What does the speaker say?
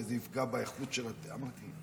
וזה יפגע באיכות --- אמרתי,